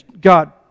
God